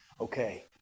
Okay